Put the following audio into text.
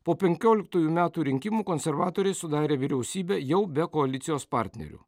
po penkioliktųjų metų rinkimų konservatoriai sudarė vyriausybę jau be koalicijos partnerių